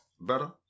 better